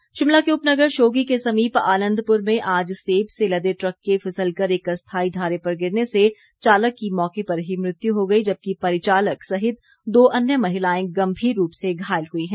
दुर्घटना शिमला के उपनगर शोधी के समीप आनंदपुर में आज सेब से लदे ट्रक के फिसलकर एक अस्थायी ढारे पर गिरने से चालक की मौके पर ही मृत्यु हो गई जबकि परिचालक सहित दो अन्य महिलाएं गंभीर रूप से घायल हुई हैं